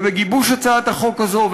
ובגיבוש הצעת החוק הזו,